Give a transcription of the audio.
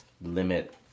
limit